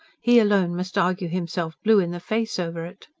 he alone must argue himself blue in the face over it.